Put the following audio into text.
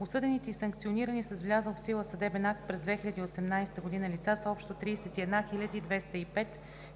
Осъдените и санкционирани с влязъл в сила съдебен акт през 2018 г. лица са общо 31 205,